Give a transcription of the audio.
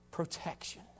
Protection